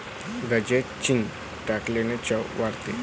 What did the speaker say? भाजीत चिंच टाकल्याने चव वाढते